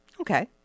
Okay